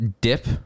dip